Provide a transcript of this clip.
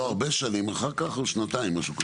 לא הרבה שנים אחר כך, שנתיים, משהו כזה.